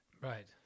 Right